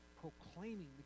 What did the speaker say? proclaiming